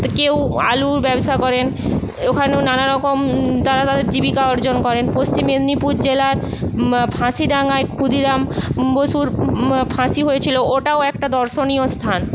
কেউ আলুর ব্যবসা করেন ওখানেও নানারকম তারা তাদের জীবিকা অর্জন করেন পশ্চিম মেদিনীপুর জেলার ফাঁসিডাঙায় ক্ষুদিরাম বসুর ফাঁসি হয়েছিল ওটাও একটা দর্শনীয় স্থান